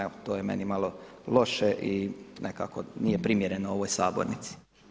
Evo to je meni malo loše i nekako nije primjerno ovoj sabornici.